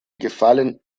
gefallen